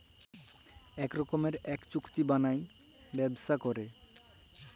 ইক রকমের ইক চুক্তি বালায় ব্যবসা ক্যরে